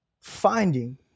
finding